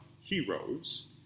heroes